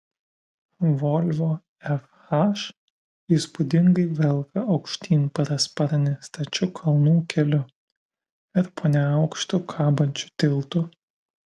volvo fh įspūdingai velka aukštyn parasparnį stačiu kalnų keliu ir po neaukštu kabančiu tiltu